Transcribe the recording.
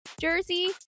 jersey